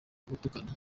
gutukana